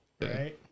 Right